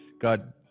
God